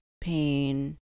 pain